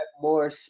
more